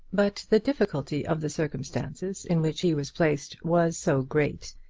but the difficulty of the circumstances in which he was placed was so great,